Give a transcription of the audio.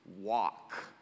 walk